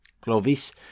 Clovis